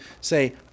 say